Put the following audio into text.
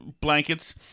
blankets